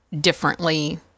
differently